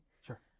sure